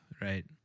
Right